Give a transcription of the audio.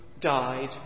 died